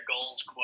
goals